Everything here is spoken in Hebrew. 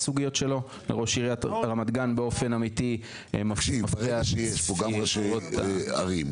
לראש עיריית רמת גן באופן אמיתי מפריע --- ברגע שיש פה גם ראשי ערים,